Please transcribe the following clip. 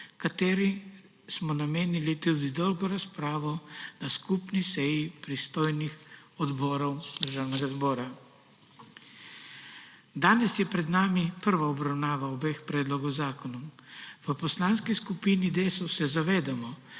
ki smo jim namenili tudi dolgo razpravo na skupni seji pristojnih odborov Državnega zbora. Danes je pred nami prva obravnava obeh predlogov zakonov. V Poslanski skupini Desus se zavedamo,